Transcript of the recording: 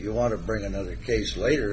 you want to bring another case later